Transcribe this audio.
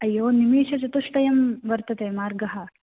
अय्यो निमेषचतुष्टयं वर्तते मार्गः